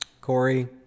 Corey